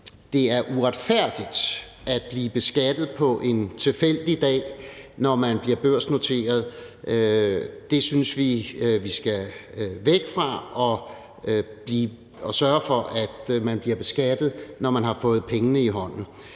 det er uretfærdigt at blive beskattet på en tilfældig dag, når man bliver børsnoteret. Det synes vi at vi skal væk fra, og vi skal i stedet sørge for, at man bliver beskattet, når man har fået pengene i hånden.